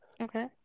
Okay